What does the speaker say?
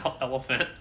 elephant